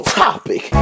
topic